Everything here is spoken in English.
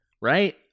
Right